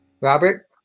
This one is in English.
Robert